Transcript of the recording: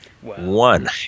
One